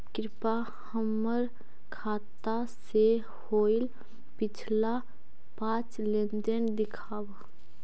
कृपा हमर खाता से होईल पिछला पाँच लेनदेन दिखाव